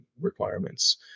requirements